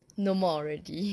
no more already